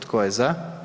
Tko je za?